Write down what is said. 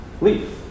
Leave